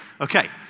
Okay